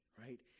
right